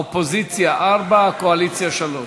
האופוזיציה, ארבע, הקואליציה, שלוש.